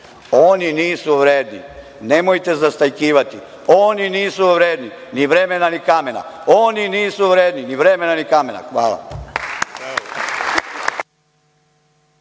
oni nisu vredni, nemojte zastajkivati. Oni nisu vredni ni vremena, ni kamena. Oni nisu vredni ni vremena, ni kamena. Hvala.